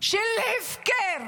של הפקר